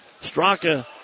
Straka